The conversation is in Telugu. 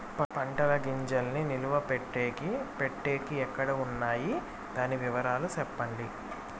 పంటల గింజల్ని నిలువ పెట్టేకి పెట్టేకి ఎక్కడ వున్నాయి? దాని వివరాలు సెప్పండి?